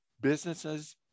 Businesses